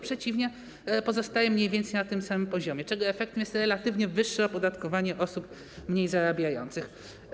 Przeciwnie, pozostaje mniej więcej na tym samym poziomie, czego efektem jest relatywnie wyższe opodatkowanie osób mniej zarabiających.